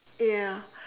ya